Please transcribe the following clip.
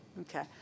Okay